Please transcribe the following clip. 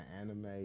anime